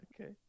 Okay